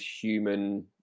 human